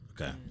Okay